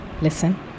Listen